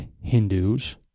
Hindus